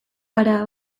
gara